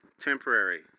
temporary